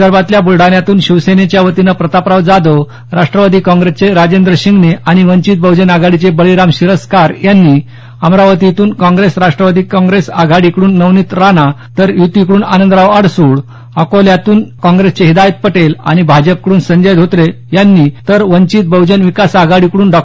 विदर्भातल्या बुलडाण्यातून शिवसेनेच्या वतीनं प्रतापराव जाधव राष्ट्रवादी काँप्रेसचे राजेंद्र शिंगणे आणि वंचित बह्जन आघाडीचे बळीराम सिरस्कार यांनी अमरावतीतून काँप्रेस राष्ट्रवादी काँप्रेस आघाडीकडून नवनीत राणा यांनी तर युतीकडून आनंदराव आडसूळ अकोल्यातून काँग्रेसतर्फे हिदायत पटेल आणि भाजपकडून संजय धोत्रे यांनी तर वंचित बहुजन विकास आघाडीकडून डॉ